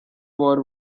war